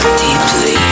deeply